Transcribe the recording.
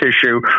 tissue